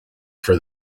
for